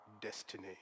destiny